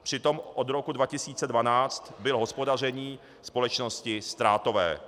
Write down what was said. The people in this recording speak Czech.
Přitom od roku 2012 bylo hospodaření společnosti ztrátové.